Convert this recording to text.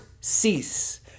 cease